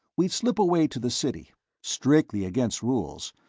we'd slip away to the city strictly against rules,